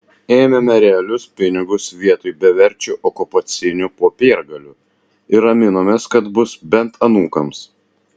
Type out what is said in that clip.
ėmėme realius pinigus vietoj beverčių okupacinių popiergalių ir raminomės kad bus bent anūkams